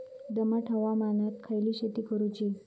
दमट हवामानात खयली शेती करूची?